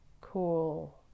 cool